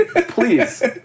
please